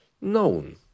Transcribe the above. known